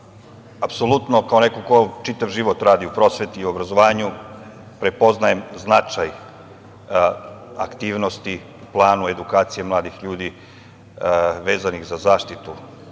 smislu. Apsolutno kao neko ko čitav život radi u prosveti i obrazovanju prepoznajem značaj aktivnosti u planu edukacije mladih ljudi vezanih za zaštitu